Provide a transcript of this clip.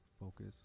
focus